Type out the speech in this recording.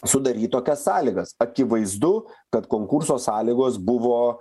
sudaryt tokias sąlygas akivaizdu kad konkurso sąlygos buvo